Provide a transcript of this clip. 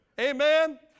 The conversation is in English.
Amen